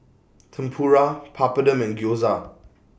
Tempura Papadum and Gyoza